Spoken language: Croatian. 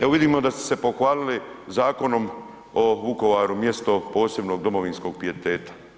Evo vidimo da ste se pohvalili Zakonom o Vukovaru mjestom posebnog domovinskog pijeteta.